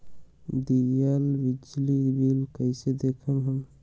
दियल बिजली बिल कइसे देखम हम?